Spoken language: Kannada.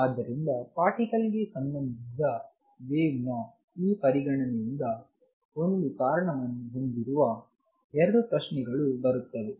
ಆದ್ದರಿಂದ ಪಾರ್ಟಿಕಲ್ ಗೆ ಸಂಬಂಧಿಸಿದ ವೇವ್ ನ ಈ ಪರಿಗಣನೆಯಿಂದ ಒಂದು ಕಾರಣವನ್ನು ಹೊಂದಿರುವ 2 ಪ್ರಶ್ನೆಗಳು ಬರುತ್ತವೆ